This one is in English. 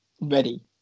ready